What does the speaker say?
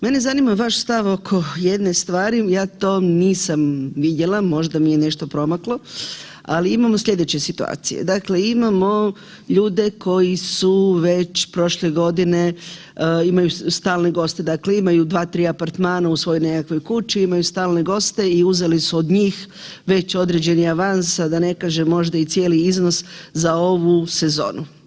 Mene zanima vaš stav oko jedne stvari, ja to nisam vidjela, možda mi je nešto promaklo, ali imamo sljedeće situacije, dakle imamo ljude koji su već prošle godine, imaju stalne goste, dakle imaju 2, 3 apartmana u svojoj nekakvoj kući, imaju stalne goste i uzeli su od njih već određeni avans, sad da ne kažem možda i cijeli iznos za ovu sezonu.